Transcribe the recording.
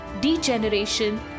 degeneration